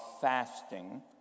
fasting